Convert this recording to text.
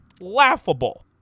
laughable